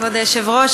כבוד היושב-ראש,